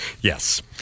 Yes